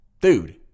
Dude